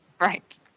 right